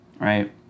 right